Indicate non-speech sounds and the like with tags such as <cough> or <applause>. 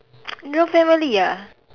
<noise> no family ah